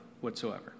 whatsoever